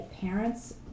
parents